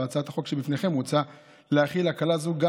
בהצעת החוק שבפניכם מוצע להחיל הקלה זו גם